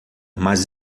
mas